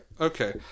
Okay